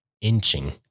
inching